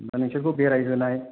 बा नोंसोरखौ बेराय होनाय